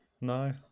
no